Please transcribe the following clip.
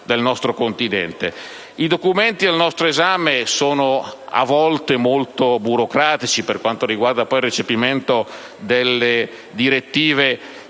I documenti al nostro esame sono a volte molto burocratici. Quanto poi al recepimento delle direttive,